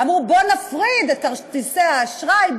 אמרו: בואו נפריד את כרטיסי האשראי,